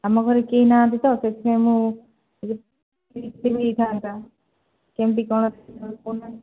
ଆମ ଘରେ କେହି ନାହାଁନ୍ତି ତ ସେଥିପାଇଁ ମୁଁ ହେଇଥାନ୍ତା କେମିତି କ'ଣ